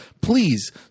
please